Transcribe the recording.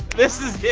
this is it